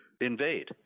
invade